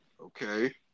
okay